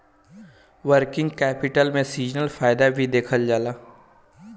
working capital में seasonal फायदा भी देखल जाला